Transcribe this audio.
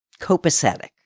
copacetic